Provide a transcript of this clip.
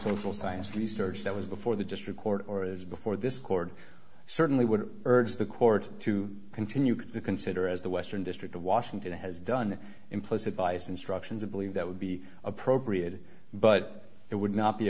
social science research that was before the district court or is before this court certainly would urge the court to continue to consider as the western district of washington has done implicit bias instructions a believe that would be appropriate but it would not be